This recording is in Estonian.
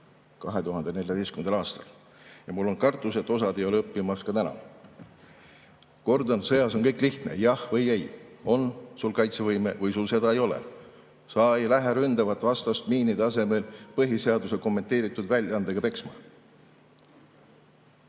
2014. aastal. Ja mul on kartus, et osa ei õpi ka täna. Kordan, et sõjas on kõik lihtne: jah või ei. Sul on kaitsevõime või sul seda ei ole. Sa ei lähe ründavat vastast miinide asemel põhiseaduse kommenteeritud väljaandega peksma.